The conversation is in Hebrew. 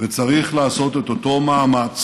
וצריך לעשות את אותו מאמץ